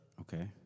Okay